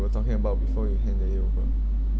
we're talking about before we hand it over